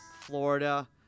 Florida